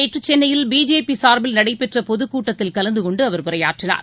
நேற்று சென்னையில் பிஜேபி சார்பில் நடைபெற்ற பொதுக்கூட்டத்தில் கலந்து கொண்டு அவர் உரையாற்றினார்